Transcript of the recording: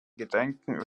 gedenken